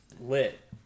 lit